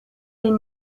est